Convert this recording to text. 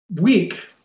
week